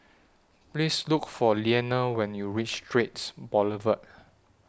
Please Look For Leaner when YOU REACH Straits Boulevard